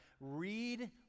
read